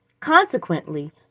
Consequently